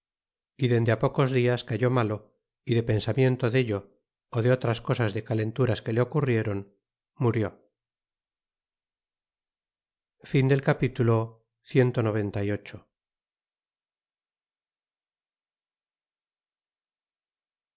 y dende ti pocos dias cayó malo y de pensamiento dello o de otras cosas de calenturas que le ocurriéron murió capitulo cxcix